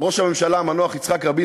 ראש הממשלה המנוח יצחק רבין,